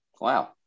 Wow